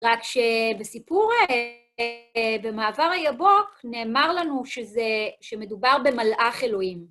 רק שבסיפור, במעבר היבוק, נאמר לנו שמדובר במלאך אלוהים.